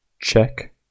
check